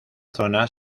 zona